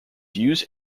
used